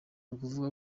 ukuvuga